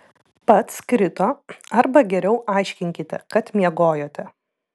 pats krito arba geriau aiškinkite kad miegojote